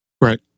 right